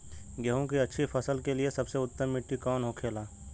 गेहूँ की अच्छी फसल के लिए सबसे उत्तम मिट्टी कौन होखे ला?